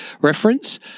reference